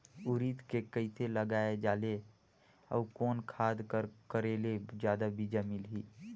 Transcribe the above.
उरीद के कइसे लगाय जाले अउ कोन खाद कर करेले जादा बीजा मिलही?